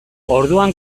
orduan